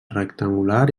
rectangular